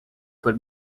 but